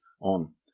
on